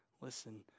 Listen